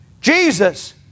Jesus